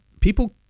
people